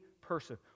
person